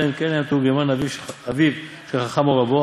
אלא אם כן היה המתורגמן אביו של החכם או רבו.